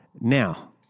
Now